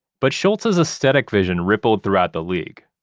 but schultz's aesthetic vision rippled throughout the league.